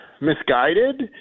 misguided